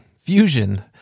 Fusion